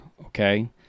okay